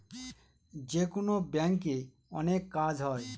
যেকোনো ব্যাঙ্কে অনেক কাজ হয়